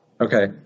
Okay